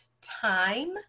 time